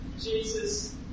Jesus